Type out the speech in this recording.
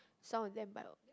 some of them but i'll